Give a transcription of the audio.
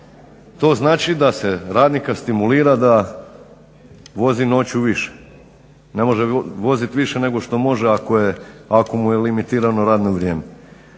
To znači da se radnika stimulira da vozi noću više. Ne može voziti više nego što može ako mu je limitirano radno vrijeme.